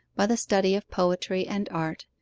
by the study of poetry and art,